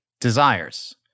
desires